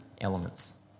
elements